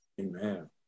Amen